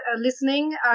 listening